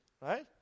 Right